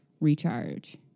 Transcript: recharge